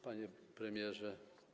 Panie Premierze!